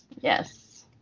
Yes